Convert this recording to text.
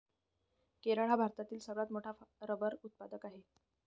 केरळ हा भारतातील सर्वात मोठा रबर उत्पादक आहे